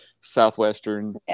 Southwestern